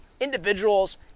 individuals